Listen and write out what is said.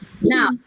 Now